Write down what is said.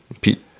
Pete